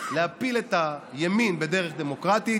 להפיל את הימין בדרך דמוקרטית